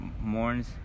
mourns